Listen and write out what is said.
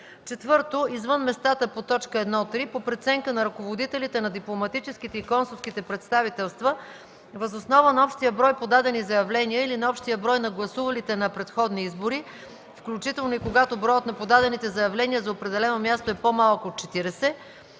ден; 4. извън местата по т. 1-3 по преценка на ръководителите на дипломатическите и консулските представителства въз основа на общия брой подадени заявления или на общия брой на гласувалите на предходни избори, включително и когато броят на подадените заявления за определено място е по-малък от 40;